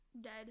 Dead